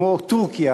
כמו טורקיה,